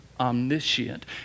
omniscient